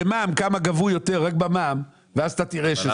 ותראה.